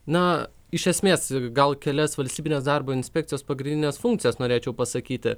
na iš esmės gal kelias valstybinės darbo inspekcijos pagrindines funkcijas norėčiau pasakyti